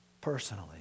personally